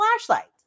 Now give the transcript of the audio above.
flashlight